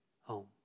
home